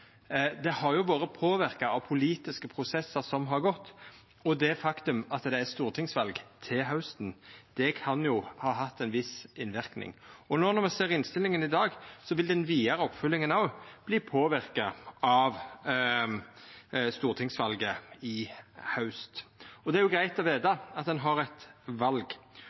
Det har jo vore påverka av politiske prosessar som har gått, og det faktum at det er stortingsval til hausten, kan jo ha hatt ein viss innverknad. Når me ser innstillinga i dag, vil den vidare oppfølginga òg verta påverka av stortingsvalet i haust, og det er jo greitt å vita at ein har eit val.